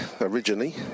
originally